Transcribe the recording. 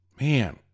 Man